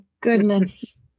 goodness